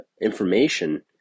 information